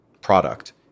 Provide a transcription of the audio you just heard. product